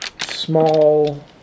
small